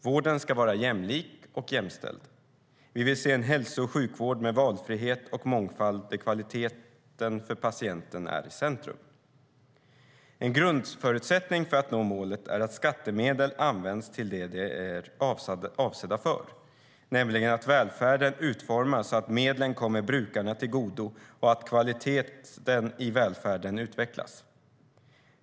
Vården ska vara jämlik och jämställd. Vi vill se en hälso och sjukvård med valfrihet och mångfald där kvaliteten för patienten är i centrum. En grundförutsättning för att nå målet är att skattemedel används till det de är avsedda för, nämligen att välfärden utformas så att medlen kommer brukarna till godo och att kvaliteten i välfärden utvecklas.